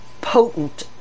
potent